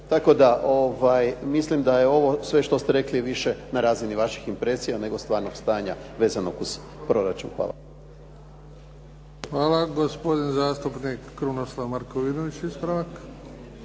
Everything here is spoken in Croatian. tako da mislim da je ovo sve što ste rekli na razini vašim impresija nego stvarnog stanja vezanog uz proračun. Hvala. **Bebić, Luka (HDZ)** Hvala. Gospodin zastupnik Krunoslav Markovinović ispravak.